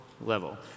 level